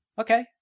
Okay